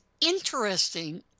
interesting